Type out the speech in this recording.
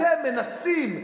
אתם מנסים,